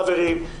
חברים,